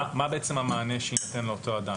מה המענה שיינתן לאותו אדם?